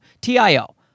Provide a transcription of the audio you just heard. TIO